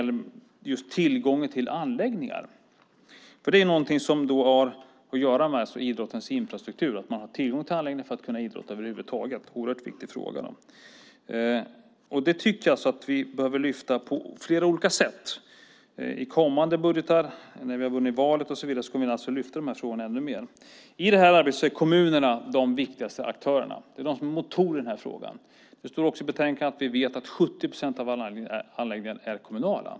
Att man har tillgång till anläggningar för att över huvud taget kunna idrotta har att göra med idrottens infrastruktur. Detta är en oerhört viktig fråga som jag tycker att vi behöver lyfta fram på flera olika sätt. I kommande budgetar när vi vunnit nästa val och så vidare kommer vi naturligtvis att ännu mer lyfta fram de här frågorna. I detta arbete är kommunerna de viktigaste aktörerna. Det är de som är motorerna i sammanhanget. Vi vet att - detta framgår i betänkandet - 70 procent av alla anläggningar är kommunala.